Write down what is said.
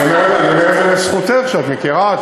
אני אומר את זה לזכותך שאת מכירה,